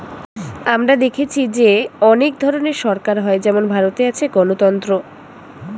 আমরা দেখেছি যে অনেক ধরনের সরকার হয় যেমন ভারতে আছে গণতন্ত্র